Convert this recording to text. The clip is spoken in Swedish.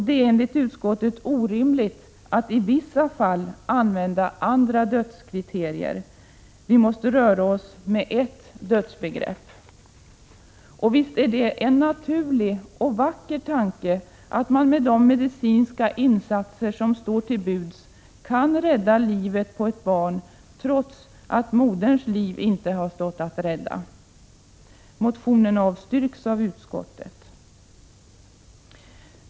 Det är enligt utskottet orimligt att i vissa fall använda andra dödskriterier. Vi måste röra oss med ett dödsbegrepp. Visst är det en naturlig och vacker tanke att man med de medicinska insatser som står till buds kan rädda livet på ett barn, trots att moderns liv inte stått att rädda. Motionen avstyrks av utskottet.